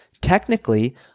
Technically